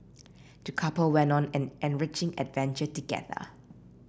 the couple went on an enriching adventure together